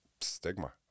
stigma